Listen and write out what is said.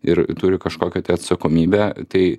ir turi kažkokią atsakomybę tai